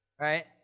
right